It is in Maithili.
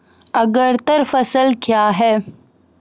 अग्रतर फसल क्या हैं?